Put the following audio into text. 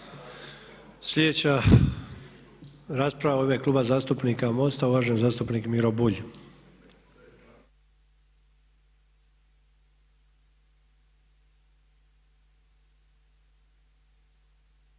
Sljedeća rasprava je u ime Kluba zastupnika MOST-a, uvaženi zastupnik Miro Bulj.